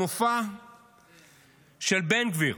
המופע של בן גביר,